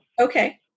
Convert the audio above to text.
Okay